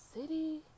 city